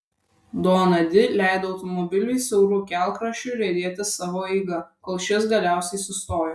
dona di leido automobiliui siauru kelkraščiu riedėti savo eiga kol šis galiausiai sustojo